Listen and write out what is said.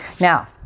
now